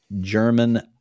German